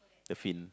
the fin